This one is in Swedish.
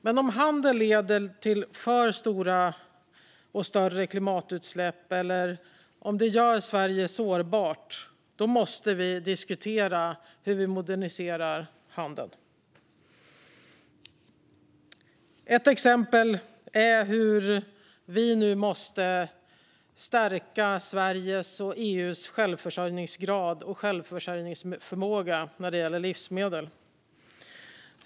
Men om handel leder till för stora och större klimatutsläpp eller gör Sverige sårbart måste vi diskutera hur vi moderniserar handeln. Ett exempel är hur vi nu måste stärka Sveriges och EU:s självförsörjningsgrad och självförsörjningsförmåga när det gäller livsmedel.